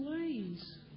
ways